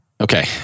Okay